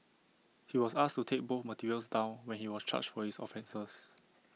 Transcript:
he was asked to take both materials down when he was charged for his offences